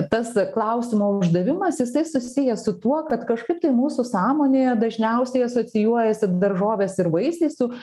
tas klausimo uždavimas jisai susijęs su tuo kad kažkaip tai mūsų sąmonėje dažniausiai asocijuojasi daržovės ir vaisiai su